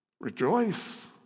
Rejoice